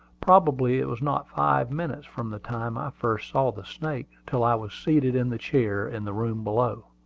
probably it was not five minutes from the time i first saw the snake till i was seated in the chair in the room below.